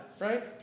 right